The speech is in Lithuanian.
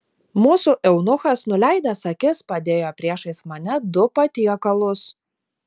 mūsų eunuchas nuleidęs akis padėjo priešais mane du patiekalus